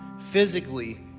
physically